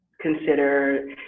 consider